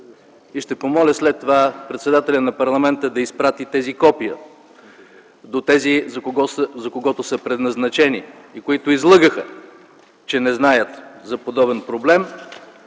и ще помоля след това председателят на парламента да изпрати копията до тези, за които са предназначени и които излъгаха, че не знаят за подобен проблем,